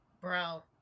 bro